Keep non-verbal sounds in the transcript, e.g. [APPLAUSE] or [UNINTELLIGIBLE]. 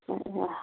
[UNINTELLIGIBLE]